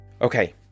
okay